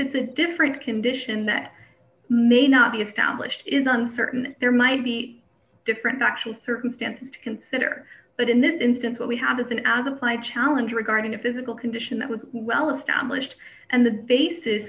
it's a different condition that may not be a taoist is uncertain there might be different factual circumstances to consider but in this instance what we have is an as applied challenge regarding a physical condition that was well established and the basis